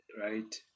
right